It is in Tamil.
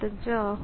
25 ஆகும்